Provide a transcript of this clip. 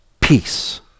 peace